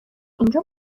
اینجا